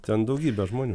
ten daugybė žmonių